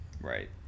right